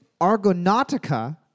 Argonautica